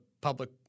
public